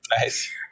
nice